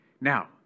Now